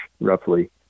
roughly